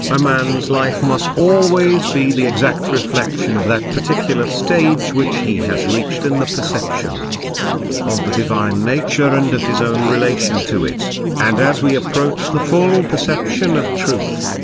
a man's life must always be the exact reflection of that particular stage which he has reached in the perception of the divine nature and of his own relation to it and as we approach the full perception of truth,